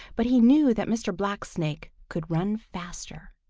but he knew that mr. blacksnake could run faster.